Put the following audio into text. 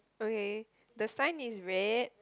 okay the sign is red